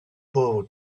pauvres